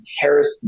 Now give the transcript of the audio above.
terrorist